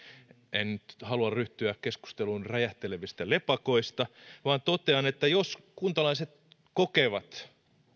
en halua ryhtyä keskusteluun räjähtelevistä lepakoista vaan totean että jos kuntalaiset kokevat